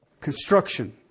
construction